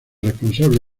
responsables